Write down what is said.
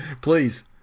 please